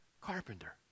carpenter